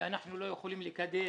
שאנחנו לא יכולים לקדם